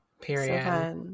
Period